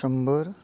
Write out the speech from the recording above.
शंबर